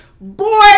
boy